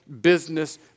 business